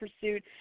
pursuit